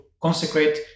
consecrate